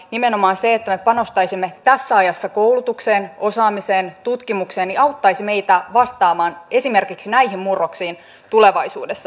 nimenomaan se että me panostaisimme tässä ajassa koulutukseen osaamiseen ja tutkimukseen auttaisi meitä vastaamaan esimerkiksi näihin murroksiin tulevaisuudessa